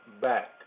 back